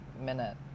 minute